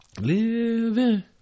Living